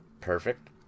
Perfect